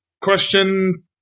question